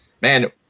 man